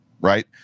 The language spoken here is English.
right